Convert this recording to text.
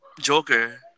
joker